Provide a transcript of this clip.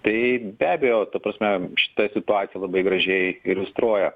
tai be abejo ta prasme šita situacija labai gražiai iliustruoja